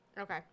Okay